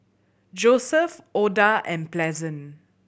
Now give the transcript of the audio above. Joesph Oda and Pleasant